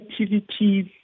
activities